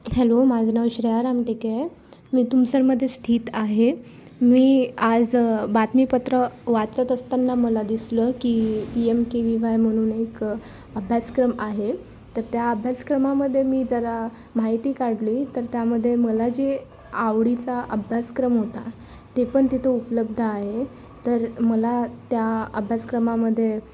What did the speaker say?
hello माझं नाव श्रेया रामटेके आहे मी तुमसरमध्ये स्थित आहे मी आज बातमीपत्र वाचत असताना मला दिसलं की P M K V Y म्हणून एक अभ्यासक्रम आहे तर त्या अभ्यासक्रमामध्ये मी जरा माहिती काढली तर त्यामध्ये मला जे आवडीचा अभ्यासक्रम होता ते पण तिथं उपलब्ध आहे तर मला त्या अभ्यासक्रमामध्ये